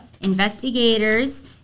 investigators